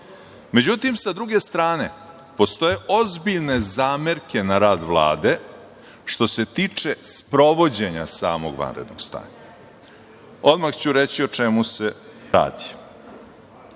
sa druge strane postoje ozbiljne zamerke na rad Vlade, što se tiče sprovođenja samog vanrednog stanja. Odmah ću reći o čemu radi. Dakle,